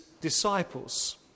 disciples